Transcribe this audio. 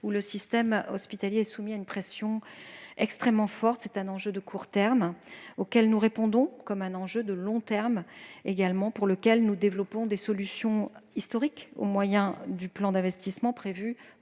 où le système hospitalier est soumis à une pression extrêmement forte. C'est un enjeu de court terme, auquel nous répondons, comme de long terme, pour lequel nous développons des solutions historiques, au moyen du plan d'investissement prévu